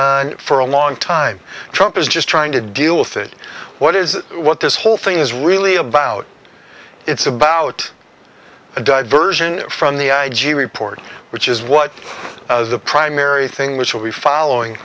on for a long time trump is just trying to deal with it what is what this whole thing is really about it's about a diversion from the i g report which is what the primary thing which will be following